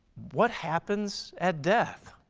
what happens at death?